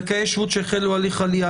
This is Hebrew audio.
האם התייחסתם לזכאי שבות שהחלו תהליך עלייה?